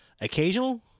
occasional